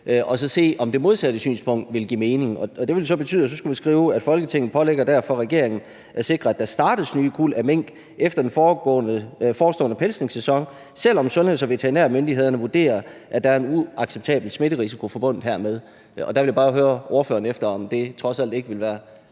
at se, om det modsatte synspunkt ville give mening. Det ville så betyde, at vi skulle skrive, at Folketinget pålægger derfor regeringen at sikre, at der startes nye kuld af mink efter den forestående pelsningssæson, selv om sundheds- og veterinærmyndighederne vurderer, at der er en uacceptabel smitterisiko forbundet hermed. Jeg vil bare høre ordføreren, om det trods alt ikke ville være